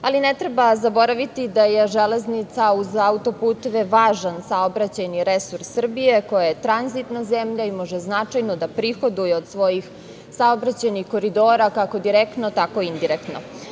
ne treba zaboraviti da je železnica uz autoputeve važan saobraćajni resurs Srbije, koja je tranzitna zemlja i može značajno da prihoduje od svojih saobraćajnih koridora, kako direktno, tako i indirektno.